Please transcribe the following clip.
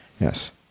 Yes